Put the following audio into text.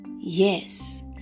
Yes